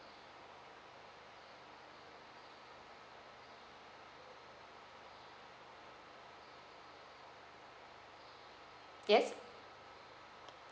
yes